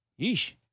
Yeesh